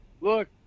Look